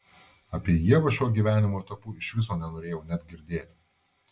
apie ievą šiuo gyvenimo etapu iš viso nenorėjau net girdėti